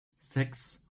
sechs